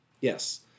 Yes